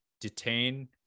detain